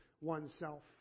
oneself